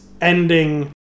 ending